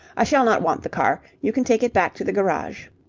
i shall not want the car. you can take it back to the garage.